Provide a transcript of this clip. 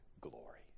glory